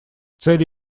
цели